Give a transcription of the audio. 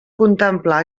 contemplar